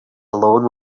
alone